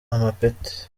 amapeti